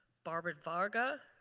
barbara varga,